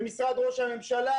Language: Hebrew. למשרד ראש הממשלה,